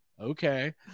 okay